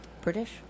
British